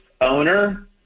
owner